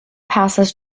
passes